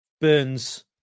burns